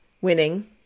winning